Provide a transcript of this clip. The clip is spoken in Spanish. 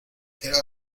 era